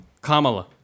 Kamala